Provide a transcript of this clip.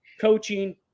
coaching